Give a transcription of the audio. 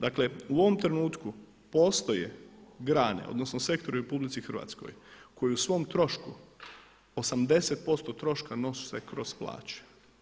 Dakle u ovom trenutku postoje grane, odnosno sektori u RH koji o svom trošku 80% troška nose kroz plaće.